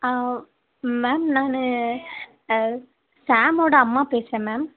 ma'am நான் ஷாமோட அம்மா பேசுகிறேன் மேம்